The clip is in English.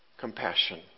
compassion